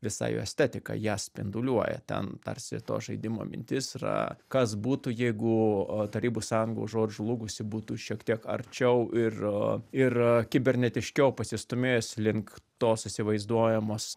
visa jo estetika ją spinduliuoja ten tarsi to žaidimo mintis yra kas būtų jeigu tarybų sąjunga užuot žlugusi būtų šiek tiek arčiau ir ir kibernetiškiau pasistūmėjusi link tos įsivaizduojamos